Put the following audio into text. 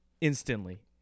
instantly